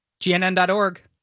GNN.org